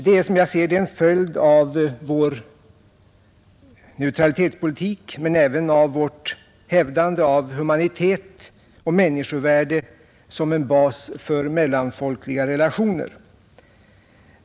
Detta är som jag ser det en följd av vår neutralitetspolitik men även av vårt hävdande av humanitet och människovärde som en bas för mellanfolkliga relationer.